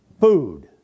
Food